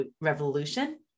revolution